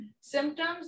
symptoms